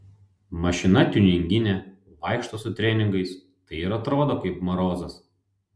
mašina tiuninginė vaikšto su treningais tai ir atrodo kaip marozas